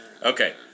Okay